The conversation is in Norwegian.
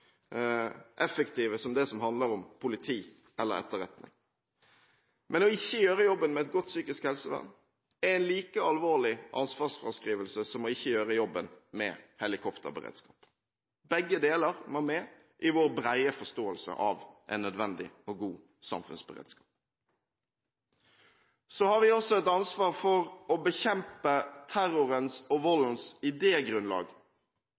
effektive som de som handler om politi eller etterretning. Det ikke å gjøre jobben med et godt psykisk helsevern er en like alvorlig ansvarsfraskrivelse som ikke å gjøre jobben med helikopterberedskap. Begge deler må med i vår brede forståelse av en nødvendig og god samfunnsberedskap. Så har vi også et ansvar for å bekjempe terrorens og